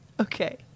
Okay